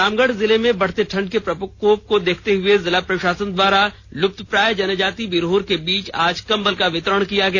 रामगढ़ जिले में बढ़ते ठंड के प्रकोप को देखते हुए जिला प्रशासन द्वारा लुप्तप्राय जनजाति बिरहोर के बीच में आज कंबल का वितरण किया गया